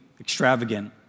extravagant